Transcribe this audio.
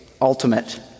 ultimate